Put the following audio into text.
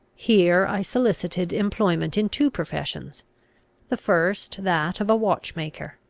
here i solicited employment in two professions the first, that of a watchmaker,